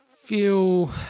feel